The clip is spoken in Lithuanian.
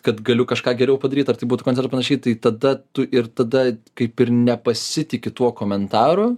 kad galiu kažką geriau padaryt ar tai būtų koncer ar panašiai tai tada tu ir tada kaip ir nepasitiki tuo komentaru